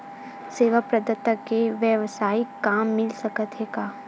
सेवा प्रदाता के वेवसायिक काम मिल सकत हे का?